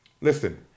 listen